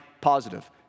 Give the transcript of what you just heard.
positive